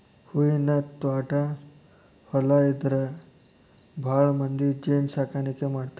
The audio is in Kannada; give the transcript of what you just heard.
ಹೂವಿನ ತ್ವಾಟಾ ಹೊಲಾ ಇದ್ದಾರ ಭಾಳಮಂದಿ ಜೇನ ಸಾಕಾಣಿಕೆ ಮಾಡ್ತಾರ